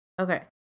Okay